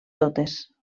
totes